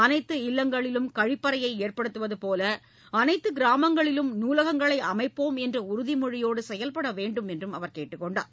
அனைத்து இல்லங்களிலும் கழிப்பறையை ஏற்படுத்துவதைப் போல அனைத்து கிராமங்களிலும் நூலகங்களை அமைப்போம் என்ற உறுதிமொழியோடு செயல்பட வேண்டும் என்றும் அவர் கேட்டுக் கொண்டார்